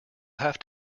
have